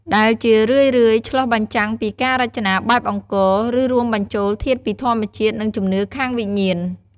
ដែលជារឿយៗឆ្លុះបញ្ចាំងពីការរចនាបែបអង្គរ ឬរួមបញ្ចូលធាតុពីធម្មជាតិ និងជំនឿខាងវិញ្ញាណ។